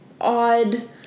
odd